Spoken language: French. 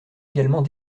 également